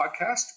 podcast